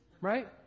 right